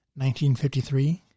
1953